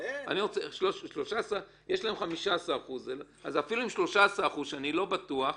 יש להם 15%. אפילו אם זה 13%, שאני לא בטוח,